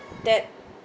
that